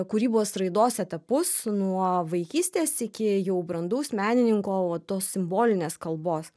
kūrybos raidos etapus nuo vaikystės iki jau brandaus menininko o tos simbolinės kalbos